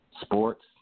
sports